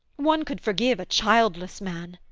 one could forgive a childless man.